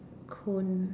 cone